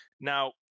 Now